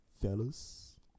Fellas